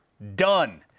Done